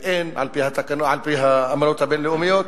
ועל-פי האמנות הבין-לאומיות